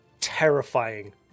terrifying